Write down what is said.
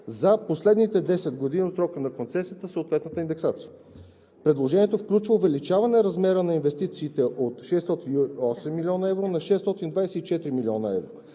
за последните 10 години от срока на концесията – съответната индексация. Предложението включва увеличаване размера на инвестициите от 608 млн. евро на 624 млн. евро.